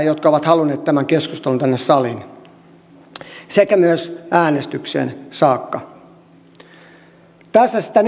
jotka ovat halunneet tämän keskustelun tänne saliin sekä myös äänestykseen saakka tässä sitä